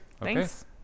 thanks